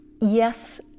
yes